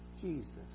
Jesus